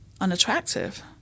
unattractive